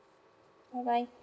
bye bye